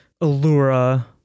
allura